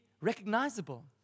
recognizable